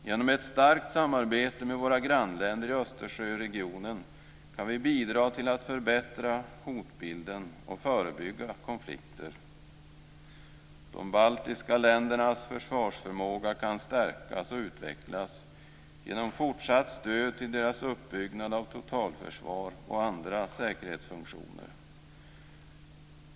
Genom ett starkt samarbete med våra grannländer i Östersjöregionen kan vi bidra till att förbättra hotbilden och förebygga konflikter. De baltiska ländernas försvarsförmåga kan stärkas och utvecklas genom fortsatt stöd till deras uppbyggnad av totalförsvar och andra säkerhetsfunktioner.